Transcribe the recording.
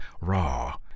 raw